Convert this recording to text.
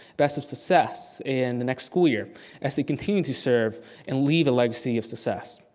best of success in the next school year as they continue to serve and lead a legacy of success.